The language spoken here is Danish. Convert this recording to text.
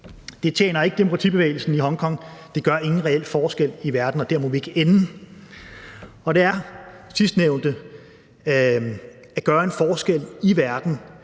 Det tjener ikke demokratibevægelsen i Hongkong, det gør ingen reel forskel i verden, og dér må vi ikke ende. Det er sidstnævnte, altså at gøre en forskel i verden,